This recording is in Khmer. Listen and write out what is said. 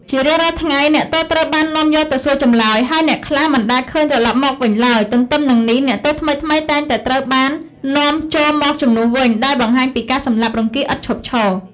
ជារៀងរាល់ថ្ងៃ អ្នកទោសត្រូវបាននាំយកទៅសួរចម្លើយ ហើយអ្នកខ្លះមិនដែលឃើញត្រឡប់មកវិញឡើយ។ ទន្ទឹមនឹងនេះ អ្នកទោសថ្មីៗតែងតែត្រូវបាននាំចូលមកជំនួសវិញ ដែលបង្ហាញពីការសម្លាប់រង្គាលឥតឈប់ឈរ។